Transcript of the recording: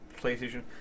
Playstation